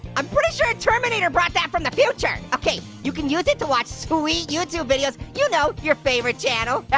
i'm pretty sure terminator brought that from the future. okay, you can use it to watch sweet youtube videos, you know, you're favorite channel.